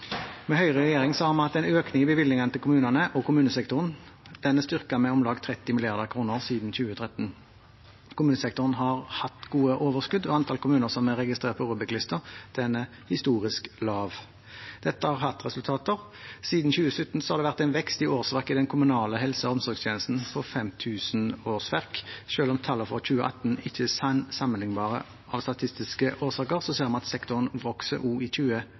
Med Høyre i regjering har vi hatt en økning i bevilgningene til kommunene. Kommunesektoren er styrket med om lag 30 mrd. kr siden 2013. Kommunesektoren har hatt gode overskudd, og antall kommuner som er registrert på ROBEK-listen, er historisk lavt. Dette har gitt resultater. Siden 2017 har det vært en vekst i årsverk i den kommunale helse- og omsorgstjenesten på 5 000 årsverk. Selv om tallene fra 2018 ikke er sammenlignbare av statistiske årsaker, ser vi at sektoren vokser også i